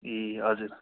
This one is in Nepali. ए हजुर